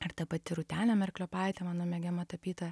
ir ta pati rūtenė merkliopaitė mano mėgiama tapytoja